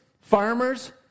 farmers